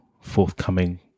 forthcoming